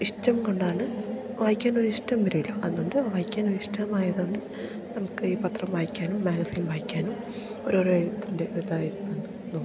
ഇഷ്ടം കൊണ്ടാണ് വായിക്കാനൊരു ഇഷ്ടം വരുലോ അതുകൊണ്ട് വായിക്കാനൊരു ഇഷ്ടമായതുകൊണ്ട് നമുക്ക് ഈ പത്രം വായിക്കാനും മാഗസിൻ വായിക്കാനും ഓരോരോ എഴുത്തിൻ്റെ ഇതായിരുന്നു എന്ന് നോക്കാം